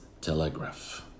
telegraph